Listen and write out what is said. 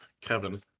Kevin